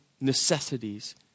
necessities